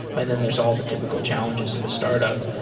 and then there's all the typical challenges of a startup.